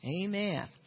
Amen